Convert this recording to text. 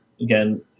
again